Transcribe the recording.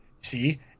See